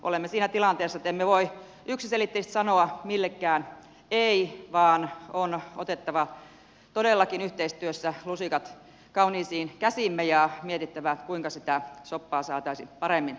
olemme siinä tilanteessa että emme voi yksiselitteisesti sanoa millekään ei vaan on otettava todellakin yhteistyössä lusikat kauniisiin käsiimme ja mietittävä kuinka sitä soppaa saataisiin paremmin jaetuksi